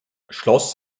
schloss